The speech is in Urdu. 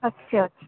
اچھا